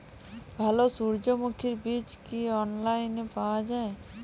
ভালো সূর্যমুখির বীজ কি অনলাইনে পাওয়া যায়?